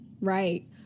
right